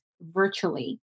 virtually